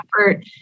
effort